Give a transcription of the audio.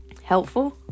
helpful